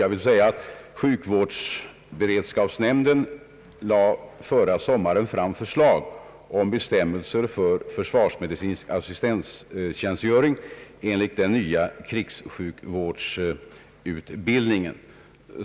Det är så, att sjukvårdsberedskapsnämnden förra sommaren lade fram ett förslag om bestämmelser för försvarsmedicinsk assistenttjänstgöring enligt den nya krigssjukvårdsutbildningen.